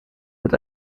mit